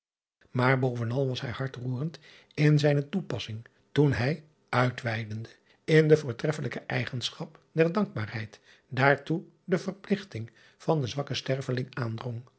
aar bovenal was hij hartroerend in zijne toepassing toen hij uitweidende in de voortreffelijke eigenschap der dankbaarheid daartoe de verpligting van den zwakken sterveling aandrong